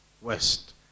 west